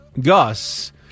Gus